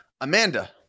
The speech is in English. Amanda